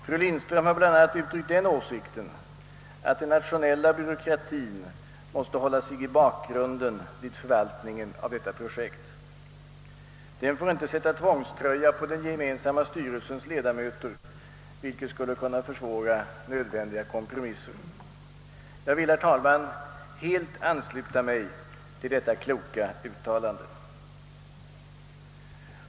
Fru Lindström har bl.a. uttryckt den åsikten att den nationella byråkratien måste hålla sig i bakgrunden vid förvaltningen av detta projekt. Den får inte sätta tvångströja på den gemensamma styrelsens ledamöter, vilket skulle kunna försvåra nödvändiga kompromisser. Jag vill, herr talman, helt ansluta mig till detta kloka uttalande.